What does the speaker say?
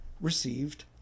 received